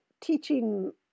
teaching